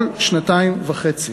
כל שנתיים וחצי.